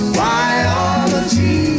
biology